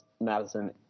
Madison